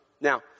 Now